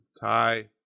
tie